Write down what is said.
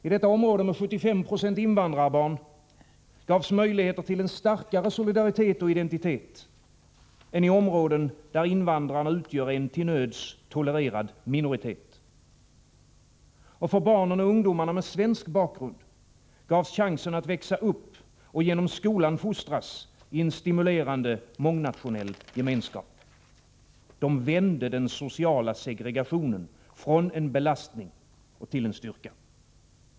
I detta område med 75 96 invandrarbarn gavs möjligheter till en starkare solidaritet och identitet än i områden där invandrarna utgör en till nöds tolererad minoritet. Och för barnen och ungdomarna med svensk bakgrund gavs chansen att växa upp och genom skolan fostras i en stimulerande mångnatio — Nr 72 nell gemenskap. De vände den sociala segregationen från en belastning till en Måndagen den styrka.